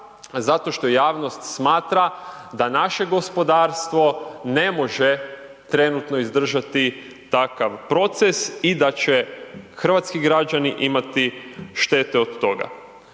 zato što javnost smatra da naše gospodarstvo ne može trenutno izdržati takav proces i da će hrvatski građani imati štete od toga.